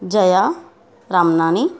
Jaya Ramnani